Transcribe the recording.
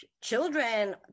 children